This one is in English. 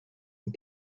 and